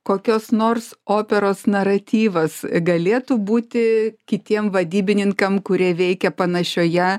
kokios nors operos naratyvas galėtų būti kitiem vadybininkam kurie veikia panašioje